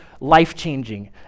life-changing